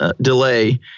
delay